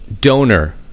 donor